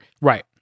Right